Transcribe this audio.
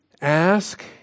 Ask